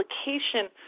application